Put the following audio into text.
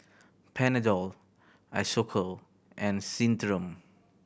Panadol Isocal and